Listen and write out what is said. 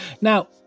Now